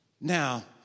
Now